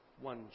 one